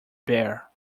bare